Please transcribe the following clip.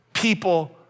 people